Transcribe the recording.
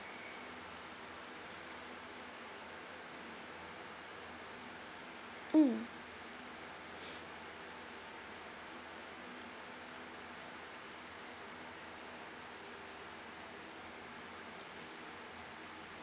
mm